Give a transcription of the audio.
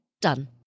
done